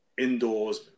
indoors